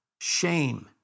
Shame